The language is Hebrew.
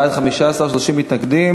בעד, 15, 30 מתנגדים.